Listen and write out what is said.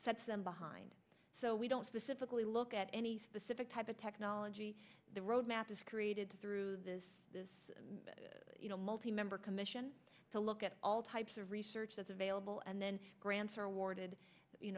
sets them behind so we don't specifically look at any specific type of technology the roadmap is created through this you know multi member commission to look at all types of research that's available and then grants are awarded you